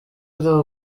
ari